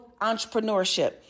entrepreneurship